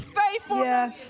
faithfulness